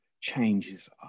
changes